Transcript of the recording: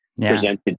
presented